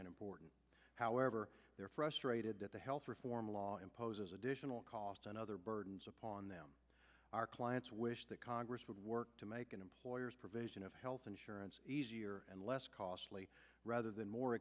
and important however they are frustrated that the health reform law imposes additional cost and other burdens upon them our clients wish that congress would work to make employers provision of health insurance easier and less costly rather than more